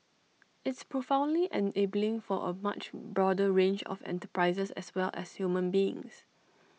it's profoundly enabling for A much broader range of enterprises as well as human beings